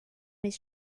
his